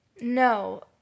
No